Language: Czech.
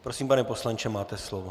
Prosím, pane poslanče, máte slovo.